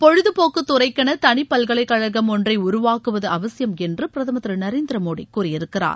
பொழுதபோக்குத் துறைக்கெள தளிப்பல்கலைக்கழகம் ஒன்றை உருவாக்குவது அவசியம் என்று பிரதமர் திரு நரேந்திர மோடி கூறியிருக்கிறார்